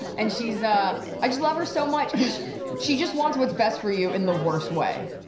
and she's ah i just love her so much cause she just wants what's best for you in the worst way.